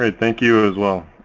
and thank you as well.